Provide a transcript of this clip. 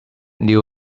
new